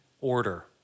order